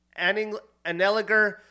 Aneliger